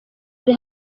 yari